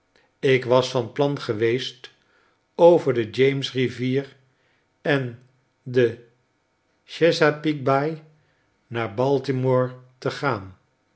jk was van plan geweest over de james rivier en de chesapeake baai naar baltimore te gaan